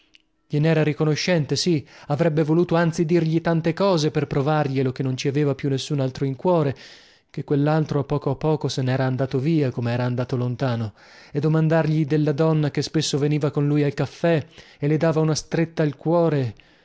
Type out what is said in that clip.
glienera riconoscente sì avrebbe voluto anzi dirgli tante cose per provarglielo che non ci aveva più nessun altro in cuore che quellaltro a poco a poco se nera andato via comera andato lontano e domandargli della donna che spesso veniva con lui al caffè e le dava una stretta al cuore